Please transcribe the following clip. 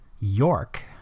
york